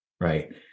Right